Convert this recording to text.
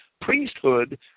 priesthood